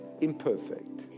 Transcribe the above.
imperfect